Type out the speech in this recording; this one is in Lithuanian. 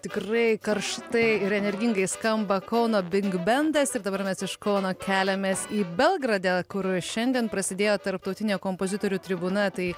tikrai karštai ir energingai skamba kauno bigbendas ir dabar mes iš kauno keliamės į belgradę kur šiandien prasidėjo tarptautinė kompozitorių tribūna tai